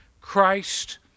Christ